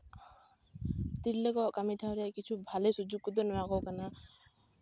ᱛᱤᱨᱞᱟᱹ ᱠᱚᱣᱟᱜ ᱠᱟᱹᱢᱤ ᱠᱚ ᱛᱟᱦᱞᱮ ᱠᱤᱪᱷᱩ ᱛᱟᱦᱞᱮ ᱵᱷᱟᱞᱮ ᱥᱩᱡᱳᱜᱽ ᱫᱚ ᱱᱚᱣᱟ ᱠᱚ ᱠᱚᱱᱟ